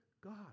God